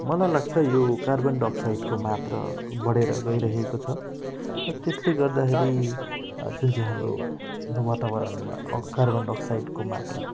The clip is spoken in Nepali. मलाई लाग्छ यो कार्बन डाइअक्साइडको मात्रा बढेर गइरहेको छ र त्यसले गर्दाखेरि जुन चाहिँ हाम्रो वातावरणमा कार्बन डाइअक्साइडको मात्रा